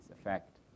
effect